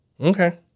Okay